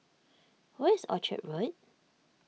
where is Orchard Road